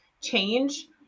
change